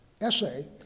essay